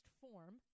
form